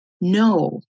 no